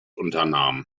unternahm